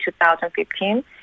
2015